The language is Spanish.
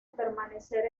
permanecer